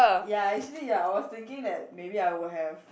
ya actually ya I was thinking that maybe I would have